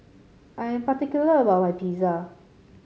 I am particular about my Pizza